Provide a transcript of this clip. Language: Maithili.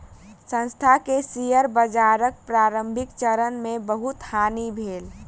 संस्थान के शेयर बाजारक प्रारंभिक चरण मे बहुत हानि भेल